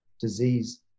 disease